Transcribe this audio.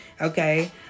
okay